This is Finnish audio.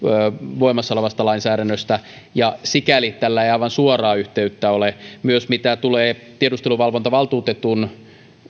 voimassa olevasta lainsäädännöstä ja sikäli tällä ei aivan suoraa yhteyttä ole myös mitä tulee tiedusteluvalvontavaltuutetun